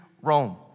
Rome